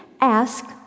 Ask